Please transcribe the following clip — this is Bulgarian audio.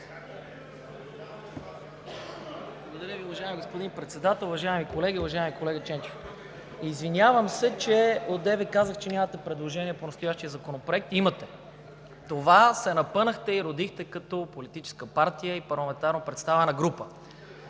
Благодаря Ви, уважаеми господин Председател. Уважаеми колеги, уважаеми колега Ченчев! Извинявам се, че преди малко казах, че нямате предложение по настоящия законопроект. Имате – това се напънахте и родихте като политическа партия и парламентарно представена група.